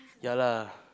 yeah lah